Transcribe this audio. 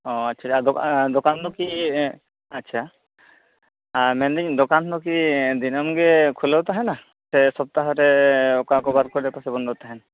ᱚᱸᱻ ᱟᱪᱪᱷᱟ ᱟᱫᱚ ᱫᱚᱠᱟᱱ ᱫᱚ ᱠᱤ ᱟᱪᱷᱟ ᱢᱮᱱᱫᱟ ᱧ ᱫᱚᱠᱟᱱ ᱫᱚ ᱠᱤ ᱫᱤᱱᱟ ᱢ ᱜᱮ ᱠᱷᱩᱞᱟ ᱣ ᱛᱟᱦᱮᱱᱟ ᱪᱮ ᱥᱚᱯᱛᱟᱦᱚ ᱨᱮ ᱚᱠᱟ ᱚᱠᱟ ᱠᱚ ᱵᱟᱨ ᱠᱚ ᱯᱟᱪᱷᱮ ᱵᱚᱱᱫᱚ ᱛᱟᱦᱮᱱᱟ